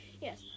Yes